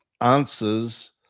answers